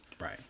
Right